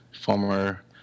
former